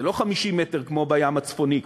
זה לא 50 מטר כמו בים הצפוני,